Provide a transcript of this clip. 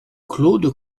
claude